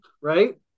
right